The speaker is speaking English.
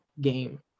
game